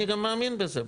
אני גם מאמין בזה.